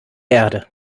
erde